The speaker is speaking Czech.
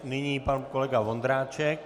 Nyní pan kolega Vondráček.